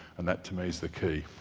and that, to me, is the key.